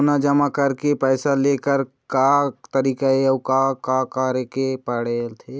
सोना जमा करके पैसा लेकर का तरीका हे अउ का करे पड़थे?